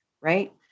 right